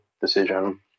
decision